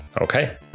Okay